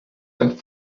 and